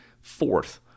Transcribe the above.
fourth